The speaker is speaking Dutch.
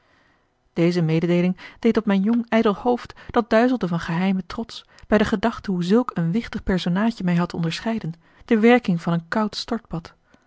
deze mededeeling deed op mijn jong ijdel hoofd dat duizelde van geheimen trots bij de gedachte hoe zulk een wichtig personaadje mij had onderscheiden de werking van een koud stortbad